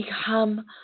become